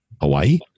Hawaii